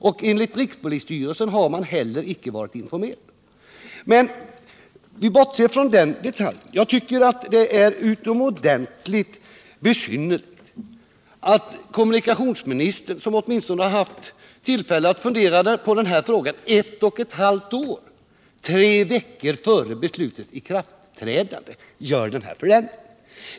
Enligt uppgift från rikspolisstyrelsen hade man inte heller där informerats om detta beslut. Men bortsett från den detaljen tycker jag att det är utomordentligt besynnerligt att kommunikationsministern, som har haft tillfälle att fundera på denna fråga åtminstone ett och ett halvt år, tre veckor före beslutets ikraftträdande vidtar den aktuella förändringen.